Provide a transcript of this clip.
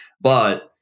But-